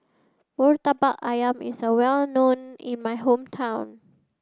Murtabak Ayam is well known in my hometown